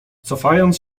cofając